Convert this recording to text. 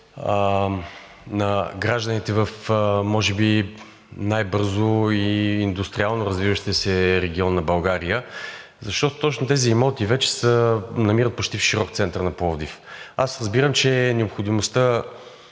на гражданите в може би най-бързо и индустриално развиващият се регион на България, защото точно тези имоти вече се намират почти в широк център на Пловдив. Аз разбирам, че необходимостта